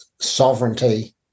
sovereignty